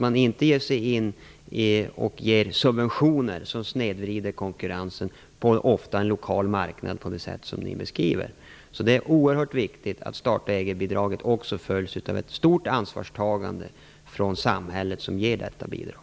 Man skall inte ge subventioner som snedvrider konkurrensen, ofta på en lokal marknad, på det sätt som ni beskriver. Det är oerhört viktigt att starta-egetbidraget också följs av ett stort ansvarstagande från samhället som ger detta bidrag.